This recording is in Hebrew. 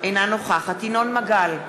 אינה נוכחת ינון מגל,